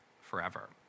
forever